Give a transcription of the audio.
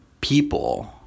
people